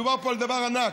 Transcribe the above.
מדובר פה על דבר ענק.